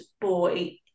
boy